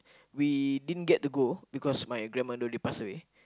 we didn't get to go because my grandmother only pass away